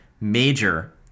major